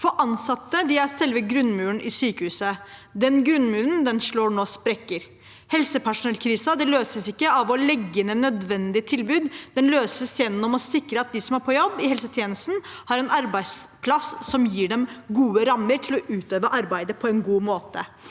det. Ansatte er selve grunnmuren i sykehuset. Den grunnmuren slår nå sprekker. Helsepersonellkrisen løses ikke av å legge ned nødvendige tilbud, den løses gjennom å sikre at de som er på jobb i helsetjenesten, har en arbeidsplass som gir dem gode rammer til å utøve arbeidet på en god måte